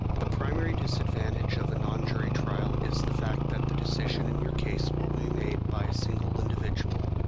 the primary disadvantage of a non-jury trial is the fact that the decision in your case will be made by a single individual,